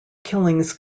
killings